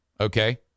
Okay